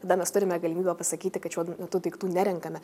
tada mes turime galimybę pasakyti kad šiuo metu daiktų nerenkame